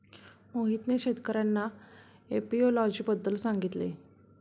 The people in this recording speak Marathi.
मोहितने शेतकर्यांना एपियोलॉजी बद्दल सांगितले